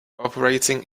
operating